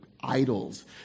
idols